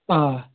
آ